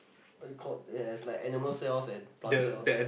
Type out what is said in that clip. what you called there's like animal cells and plant cells